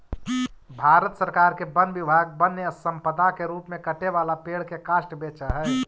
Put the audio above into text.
भारत सरकार के वन विभाग वन्यसम्पदा के रूप में कटे वाला पेड़ के काष्ठ बेचऽ हई